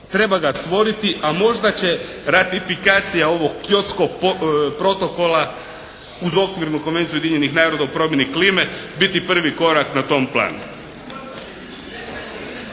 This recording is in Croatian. Treba ga stvoriti, a možda će ratifikacija ovog Kyotskog protokola uz Okvirnu konvenciju Ujedinjenih naroda o promjeni klime biti prvi korak na tom planu.